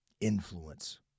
Influence